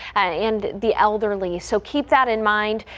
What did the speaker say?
and the elderly so keep that in mind.